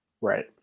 Right